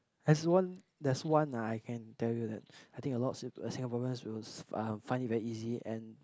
has one there's one ah I can tell you that I think a lot of Singa~ Singaporeans will um find it very easy and